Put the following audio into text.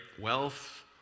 Wealth